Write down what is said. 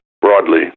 broadly